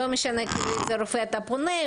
לא משנה לאיזה רופא אתה פונה,